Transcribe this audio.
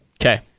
okay